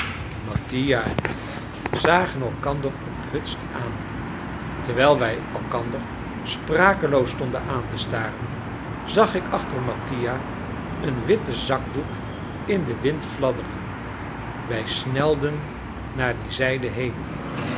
mattia en ik zagen elkander onthutst aan terwijl wij elkander sprakeloos stonden aan te staren zag ik achter mattia een witten zakdoek in den wind fladderen wij snelden naar die zijde heen